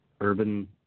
urban